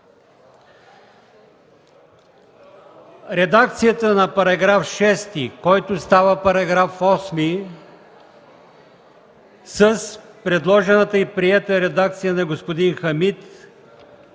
редакцията на § 6, който става § 8, с предложената и приета редакция на господин Хамид,